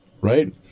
right